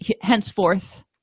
henceforth